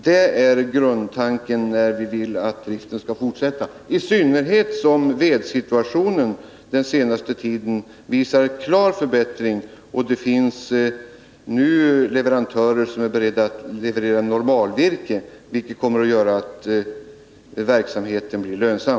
Detta är grundtanken när vi vill att driften skall fortsätta — i synnerhet som vedsituationen den senaste tiden visar en klar förbättring. Det finns nu leverantörer som är beredda att leverera normalvirke, vilket kommer att medföra att verksamheten blir lönsam.